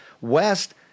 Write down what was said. West